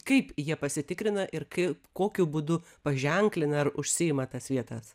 kaip jie pasitikrina ir kaip kokiu būdu paženklina ar užsiima tas vietas